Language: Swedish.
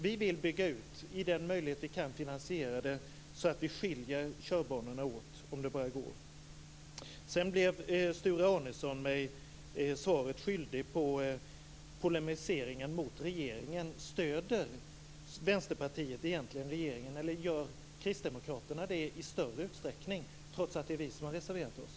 Så långt möjligt vi kan finansiera det vill vi bygga ut så att vi skiljer körbanorna åt. Sedan blev Sture Arnesson mig svaret skyldig när det gällde polemiseringen mot regeringen. Stöder Vänsterpartiet egentligen regeringen, eller gör Kristdemokraterna det i större utsträckning, trots att det är vi som har reserverat oss?